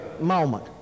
moment